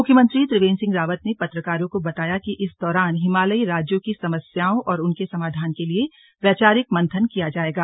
मुख्यमंत्री त्रिवेन्द्र सिंह रावत ने पत्रकारों को बताया कि इस दौरान हिमालयी राज्यों की समस्याओं और उनके समाधान के लिए वैचारिक मंथन किया जायेगा